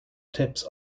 tips